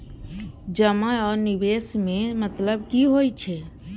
जमा आ निवेश में मतलब कि होई छै?